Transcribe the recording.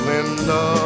Linda